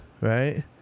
Right